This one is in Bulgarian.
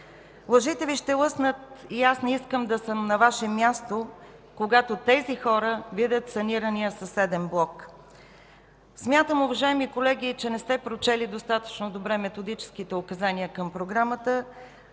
Лъжите Ви ще лъснат и аз не искам да съм на Ваше място, когато тези хората видят санирания съседен блок. Смятам, уважаеми колеги, че не сте прочели достатъчно добре методическите указания към програмата,